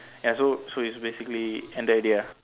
ya so so it's basically ended already ah